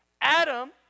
Adam